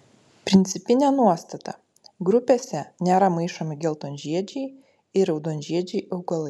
principinė nuostata grupėse nėra maišomi geltonžiedžiai ir raudonžiedžiai augalai